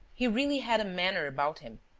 he really had a manner about him,